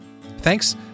Thanks